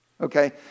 Okay